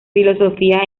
filosofía